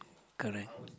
correct